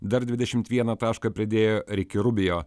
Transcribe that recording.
dar dvidešimt vieną tašką pridėjo riki rubio